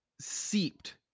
seeped